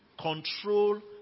control